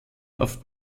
auf